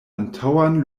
antaŭan